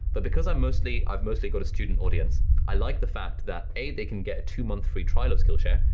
but because i've mostly i've mostly got a student audience, i like the fact that a they can get a two month free trial of skillshare,